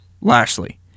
Lashley